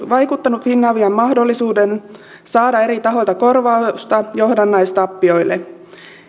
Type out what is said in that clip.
vaikuttanut finavian mahdollisuuteen saada eri tahoilta korvausta johdannaistappioille